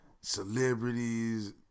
celebrities